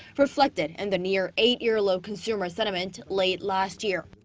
reflected in the near eight year low consumer sentiment late last year.